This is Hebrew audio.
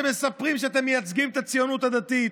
שמספרים שאתם מייצגים את הציונות הדתית,